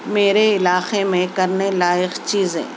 میرے علاقے میں کرنے لائق چیزیں